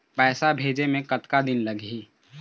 पैसा भेजे मे कतका दिन लगही?